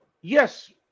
yes